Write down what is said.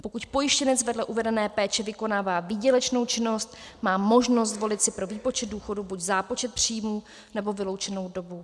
Pokud pojištěnec vedle uvedené péče vykonává výdělečnou činnost, má možnost zvolit si pro výpočet důchodu buď zápočet příjmů, nebo vyloučenou dobu.